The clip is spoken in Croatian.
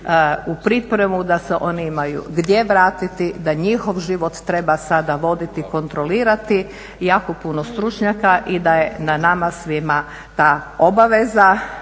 u pripremu da se oni imaju gdje vratiti, da njihov život treba sada voditi, kontrolirati jako puno stručnjaka i da je na nama svima ta obaveza.